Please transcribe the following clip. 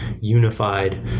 unified